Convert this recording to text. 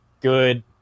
good